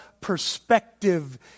perspective